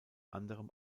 anderem